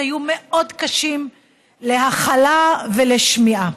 היו מאוד קשים להכלה ולשמיעה.